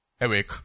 awake